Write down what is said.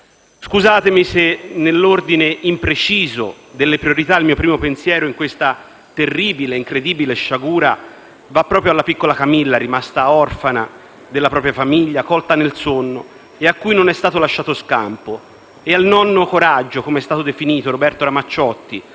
Scusatemi se, nell'ordine impreciso delle priorità, il mio primo pensiero in questa terribile e incredibile sciagura va alla piccola Camilla, rimasta orfana della propria famiglia colta nel sonno e a cui non è stato lasciato scampo, e al "nonno coraggio", come è stato definito Roberto Ramacciotti